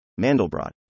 Mandelbrot